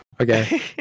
Okay